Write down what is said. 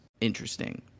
interesting